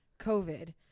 COVID